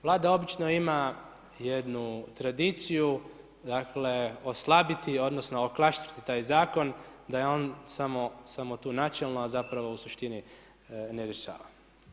Vlada obično ima jednu tradiciju, dakle oslabiti, odnosno oklaštriti taj zakon da je on samo tu načelno, a zapravo u suštini ne rješava.